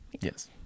Yes